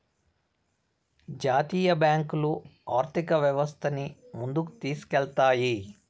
జాతీయ బ్యాంకులు ఆర్థిక వ్యవస్థను ముందుకు తీసుకెళ్తాయి